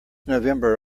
november